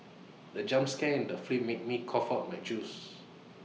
the jump scare in the film made me cough out my juice